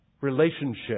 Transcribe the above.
relationship